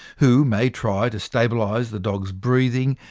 who may try to stabilise the dog's breathing,